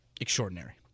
extraordinary